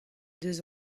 deus